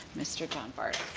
mr. john bardis.